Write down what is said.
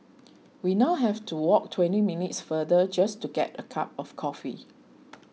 we now have to walk twenty minutes farther just to get a cup of coffee